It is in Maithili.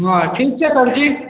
हँ ठीक छै सरजी